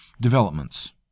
developments